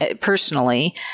personally